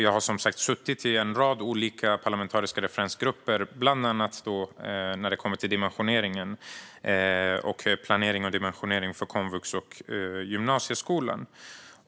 Jag har som sagt suttit i en rad olika parlamentariska referensgrupper, bland annat när det gällt planeringen och dimensioneringen av komvux och gymnasieskolan.